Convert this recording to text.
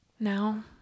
Now